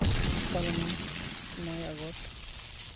ᱯᱟᱞᱚᱱᱟ ᱱᱚᱭᱮ ᱟᱜᱚᱥᱴ